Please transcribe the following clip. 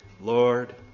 Lord